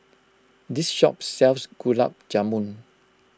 this shop sells Gulab Jamun